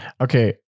Okay